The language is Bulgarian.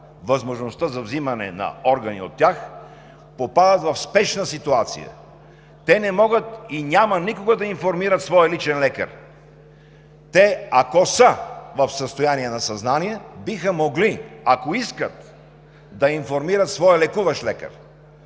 възможността за взимане на органи от тях, попадат в спешна ситуация. Те не могат и няма никога да информират своя личен лекар. Те ако са в състояние на съзнание, биха могли, ако искат да информират своя лекуващ лекар.